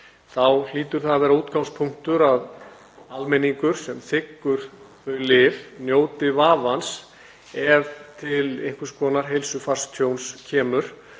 þá hlýtur það að vera útgangspunktur að almenningur sem þiggur lyf njóti vafans ef til einhvers konar heilsufarstjóns kemur.